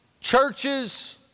churches